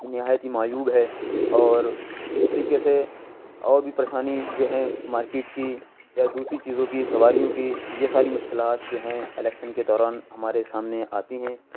نہایت ہی معیوب ہے اور جس طریقے سے اور بھی پریشانی جو ہیں مارکیٹ کی یا دوسری چیزوں کی سواریوں کی یہ ساری مشکلات جو ہیں الیکشن کے دوران ہمارے سامنے آتی ہیں